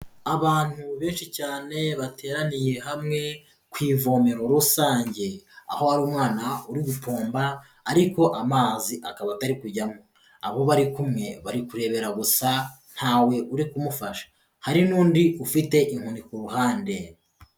Abantu benshi cyane bateraniye hamwe ku ivomero rusange, aho hari umwana uri gupomba ariko amazi akaba atari kujyamo, abo bari kumwe bari kurebera gusa ntawe uri kumufasha, hari n'undi ufite inkoni ku ruhande.